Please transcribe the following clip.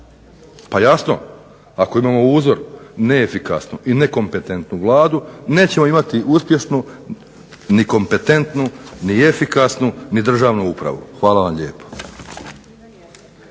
Pa jasno, ako imamo uzor neefikasnu i nekompetentnu Vladu nećemo imati uspješnu ni kompetentnu ni efikasnu ni državnu upravu. Hvala vam lijepo.